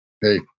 hey